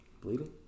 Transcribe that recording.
bleeding